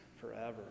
forever